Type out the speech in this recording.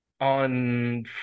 on